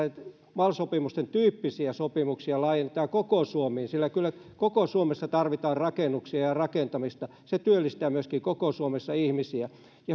mal sopimusten tyyppisiä sopimuksia laajennetaan koko suomeen sillä kyllä koko suomessa tarvitaan rakennuksia ja rakentamista se työllistää myöskin koko suomessa ihmisiä